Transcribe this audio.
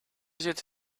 zit